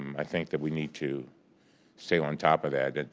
i think that we need to stay on top of that. it's,